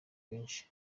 benshi